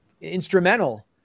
instrumental